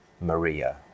Maria